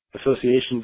associations